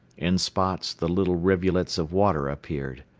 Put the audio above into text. in spots the little rivulets of water appeared.